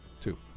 Two